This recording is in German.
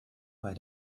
bei